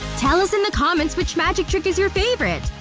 tell us in the comments which magic trick is your favorite!